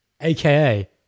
AKA